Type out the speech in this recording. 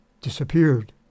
disappeared